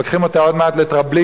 לוקחים אותה עוד מעט לטרבלינקה,